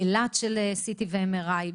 באילת CT ו-MRI,